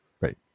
right